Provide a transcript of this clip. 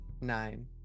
Nine